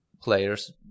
players